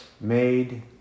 made